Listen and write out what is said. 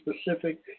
specific